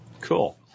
Cool